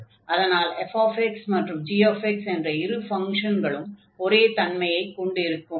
அதனால் fx மற்றும் gx என்ற இரு ஃபங்ஷன்களும் ஒரே தன்மையைக் கொண்டிருக்கும்